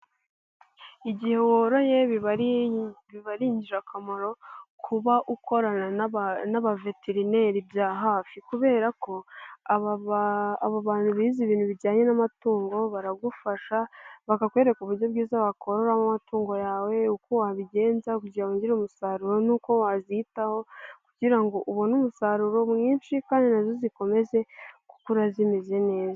Igihe woroye biba ari biba ari ingirakamaro, kuba ukorana n'abaveterineri bya hafi kubera ko abo bantu bize ibintu bijyanye n'amatungo, baragufasha, bakakwereka uburyo bwiza wakororamo amatungo yawe, uko wabigenza kugira ngo wongere umusaruro n'uko waziyitaho kugira ngo ubone umusaruro mwinshi kandi nazo uzikomeze gukura zimeze neza.